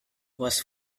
was